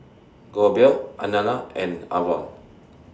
Goebel Alannah and Avon